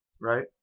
Right